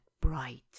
bright